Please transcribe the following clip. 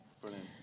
Brilliant